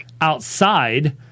outside